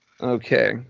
Okay